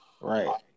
Right